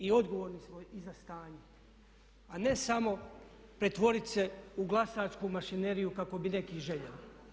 I odgovorni smo i za stanje, a ne samo pretvoriti se u glasačku mašineriju kako bi neki željeli.